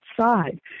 side